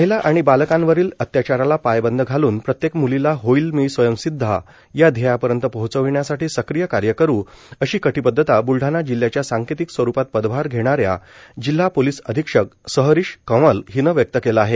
महिला आणि बालकांवरील अत्याचाराला पायबंद घालन प्रत्येक मुलींला होईल मी स्वयंसिध्दा या ध्येयापर्यंत पोहचविण्यासाठी सक्रिय कार्य करू अशी कटीबध्दता ब्लडाणा जिल्ह्याच्या सांकेतिक स्वरूपात पदभार घेणाऱ्या जिल्हा पोलीस अधिक्षक सहरिश कंवल हिन व्यक्त केल आहे